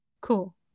Cool